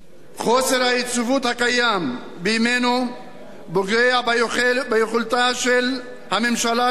חוסר היציבות הקיים בימינו פוגע ביכולתה של הממשלה לקבל